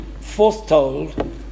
foretold